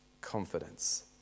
confidence